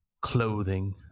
clothing